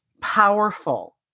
powerful